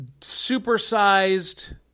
supersized